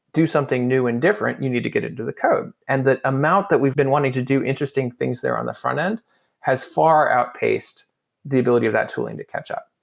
do something new and different, you need to get into the code. and the amount that we've been wanting to do interesting things there on the front-end has far outpaced the ability of that tooling to catch up.